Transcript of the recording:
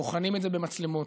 בוחנים את זה במצלמות,